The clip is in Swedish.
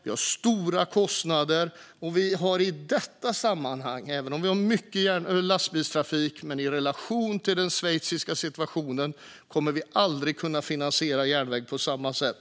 Vi har stora kostnader och i detta sammanhang mycket lastbilstrafik. I relation till den schweiziska situationen kommer vi aldrig att kunna finansiera järnväg på samma sätt.